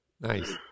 Nice